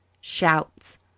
Shouts